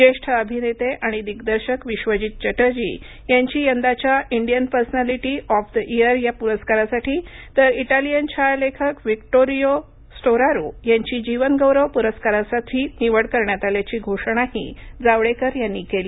ज्येष्ठ अभिनेते आणि दिग्दर्शक विश्वजीत चटर्जी यांची यंदाच्या इंडियन पर्सनॅलीटी ऑफ इयर या पुरस्कारासाठी तर इटालियन छायालेखक व्हिक्टोरियो स्टोरारो यांची जीवनगौरव पुरस्कारासाठी निवड करण्यात आल्याची घोषणाही जावडेकर यांनी केली